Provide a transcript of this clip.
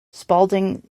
spalding